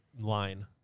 line